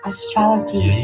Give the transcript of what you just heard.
Astrology